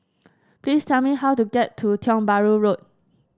please tell me how to get to Tiong Bahru Road